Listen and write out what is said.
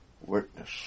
witness